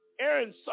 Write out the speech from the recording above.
Aaron